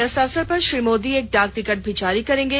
इस अवसर पर श्री मोदी एक डाक टिकट भी जारी करेंगे